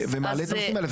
ומעלה את הנושאים האלה,